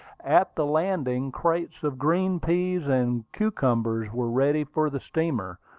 at the landing, crates of green peas and cucumbers were ready for the steamer,